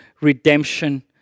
redemption